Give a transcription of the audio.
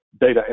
data